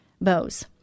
bows